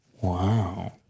Wow